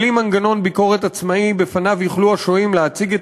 בלי מנגנון ביקורת עצמאי שלפניו יוכלו השוהים להציג את